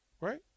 Right